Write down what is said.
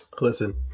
Listen